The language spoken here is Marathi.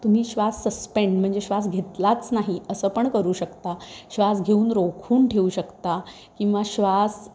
तुम्ही श्वास सस्पेंड म्हणजे श्वास घेतलाच नाही असं पण करू शकता श्वास घेऊन रोखून ठेवू शकता किंवा श्वास